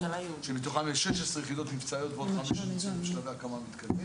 שמתוכן יש 16 יחידות מבצעיות ועוד חמש שנמצאות בשלבי הקמה מתקדמים